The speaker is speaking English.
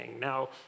now